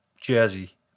jersey